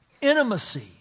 Intimacy